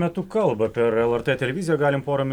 metu kalba per lrt televiziją galim porą